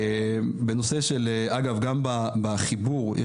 אגב גם בחיבור,